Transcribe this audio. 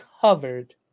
covered